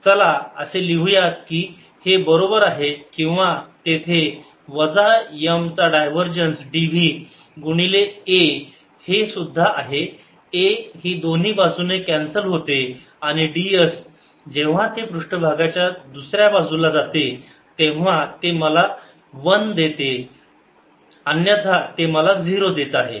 चला असे लिहू यात कि हे बरोबर आहे किंवा तेथे वजा M चा डायव्हरजन्स dv गुणिले a हे सुद्धा आहे a ही दोन्ही बाजूने कॅन्सल होते आणि ds जेव्हा ते पृष्ठभागाच्या दुसऱ्या बाजूला जाते तेव्हा ते मला 1 देत आहे अन्यथा ते मला 0 देत आहे